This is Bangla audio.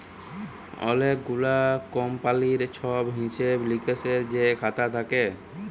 অলেক গুলা কমপালির ছব হিসেব লিকেসের যে খাতা থ্যাকে